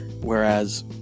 whereas